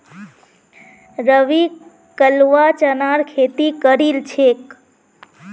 रवि कलवा चनार खेती करील छेक